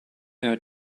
her